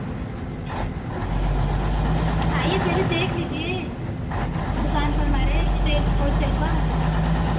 आईए पहले देख लीजिए दुकान पर हमारे रीटेल होल सेल का